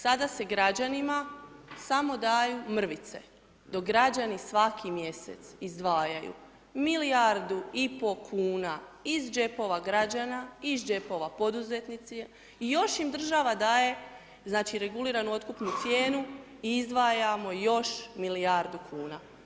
Sada se građanima samo daju mrvice, dok građani svaki mjesec izdvajaju milijardi i pol kuna iz džepova građana, iz džepova poduzetnici, i još im država daje znači reguliranu otkupnu cijenu i izdvajamo još milijardu kuna.